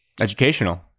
Educational